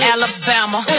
Alabama